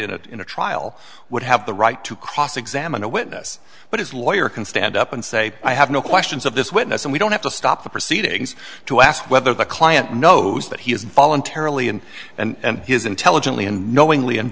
a in a trial would have the right to cross examine a witness but his lawyer can stand up and say i have no questions of this witness and we don't have to stop the proceedings to ask whether the client knows that he has voluntarily and and his intelligently and knowingly and